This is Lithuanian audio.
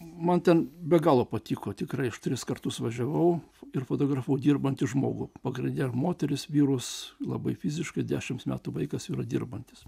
man ten be galo patiko tikrai aš tris kartus važiavau ir fotografavau dirbantį žmogų pagrinde moteris vyrus labai fiziškai dešims metų vaikas yra dirbantis